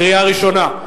קריאה ראשונה.